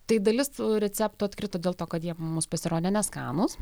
tai dalis tų receptų atkrito dėl to kad jie mums pasirodė neskanūs